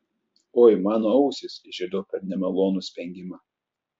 oi mano ausys išgirdau per nemalonų spengimą